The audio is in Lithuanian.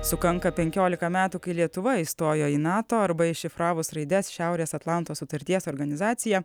sukanka penkiolika metų kai lietuva įstojo į nato arba iššifravus raides šiaurės atlanto sutarties organizacija